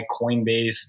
Coinbase